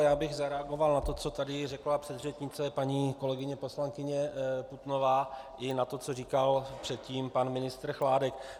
Já bych zareagoval na to, co tady řekla předřečnice paní kolegyně poslankyně Putnová, i na to, co říkal předtím pan ministr Chládek.